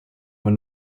were